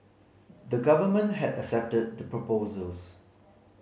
the Government had accepted the proposals